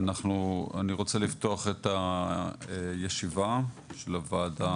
אני רוצה לפתוח את הישיבה של הוועדה